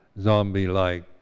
zombie-like